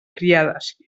criades